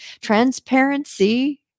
transparency